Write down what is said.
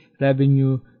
revenue